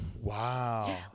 Wow